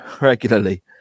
regularly